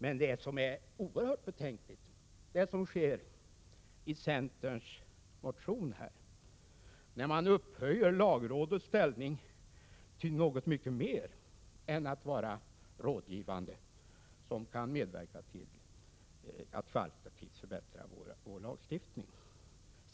Vad som är oerhört betänkligt är att man i centerns motion upphöjer lagrådets ställning till något mycket mer än att vara rådgivande organ som kan medverka till att kvalitativt förbättra vår lagstiftning.